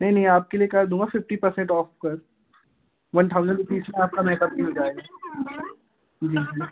नहीं नहीं आपके लिए कर दूँगा फिफ्टी परसेंट ऑफ कर वन थाउज़ेड रुपीज़ में आपका मेकअप भी हो जाएगा जी जी